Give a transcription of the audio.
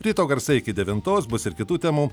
ryto garsai iki devintos bus ir kitų temų